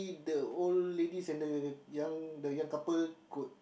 the old ladies and the young the young couple could